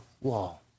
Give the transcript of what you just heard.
wall